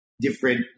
different